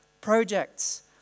Projects